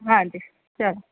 ਹਾਂਜੀ ਚਲੋ